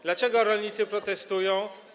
Dlaczego rolnicy protestują?